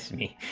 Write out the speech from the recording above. me